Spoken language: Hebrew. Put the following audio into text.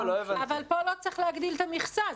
אבל פה לא צריך להגדיל את המכסה.